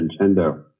Nintendo